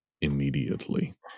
immediately